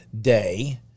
Day